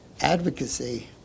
Advocacy